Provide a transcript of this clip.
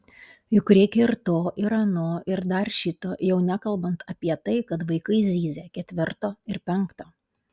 juk reikia ir to ir ano ir dar šito jau nekalbant apie tai kad vaikai zyzia ketvirto ir penkto